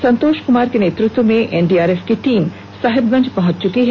संतोष कुमार के नेतृत्व में एनडीआरएफ की टीम साहिबगंज पहुंची है